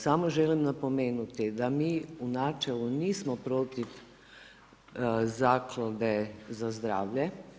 Samo želim napomenuti da mi načelno nismo protiv Zaklade za zdravlje.